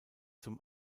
zum